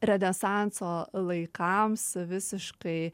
renesanso laikams visiškai